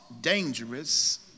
dangerous